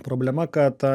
problema kad